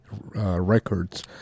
Records